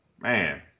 man